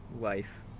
life